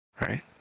right